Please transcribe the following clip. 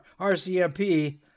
RCMP